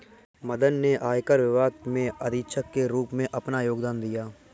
मदन ने आयकर विभाग में अधीक्षक के रूप में अपना योगदान दिया